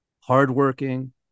hardworking